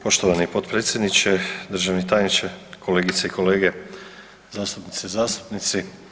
Poštovani potpredsjedniče, državni tajniče, kolegice i kolege zastupnice i zastupnici.